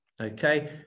okay